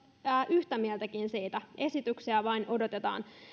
yhtä mieltäkin siitä esityksiä vain odotetaan